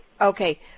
Okay